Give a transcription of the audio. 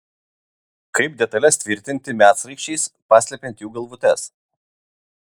kaip detales tvirtinti medsraigčiais paslepiant jų galvutes